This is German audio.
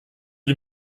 dem